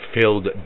filled